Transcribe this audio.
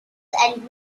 and